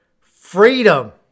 freedom